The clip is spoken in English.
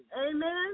Amen